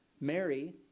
Mary